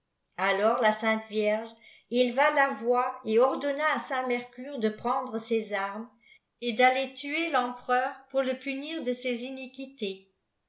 alors la sainte vierge éleva la voîx t of donna à saint mercure de prendre ses arm et d'aller tkér tempereurpour le punir de ses iniquités